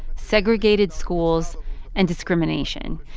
segregated schools and discrimination.